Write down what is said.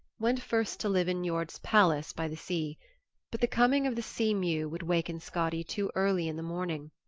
went first to live in niord's palace by the sea but the coming of the sea mew would waken skadi too early in the morning,